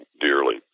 dearly